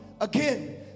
again